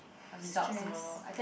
stressed